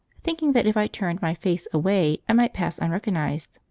thinking that if i turned my face away i might pass unrecognised.